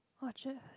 Orchard